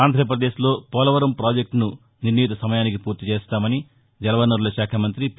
ఆంధ్రాపదేశ్లో పోలవరం పాజెక్టును నిర్ణీతసమయానికి పూర్తి చేస్తామని జల వనరుల శాఖ మంతి పి